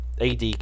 AD